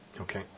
Okay